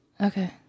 Okay